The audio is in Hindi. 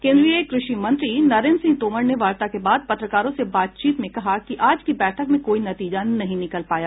केन्द्रीय कृषि मंत्री नरेन्द्र सिंह तोमर ने वार्ता के बाद पत्रकारों से बातचीत में कहा कि आज की बैठक में कोई नतीजा नहीं निकल पाया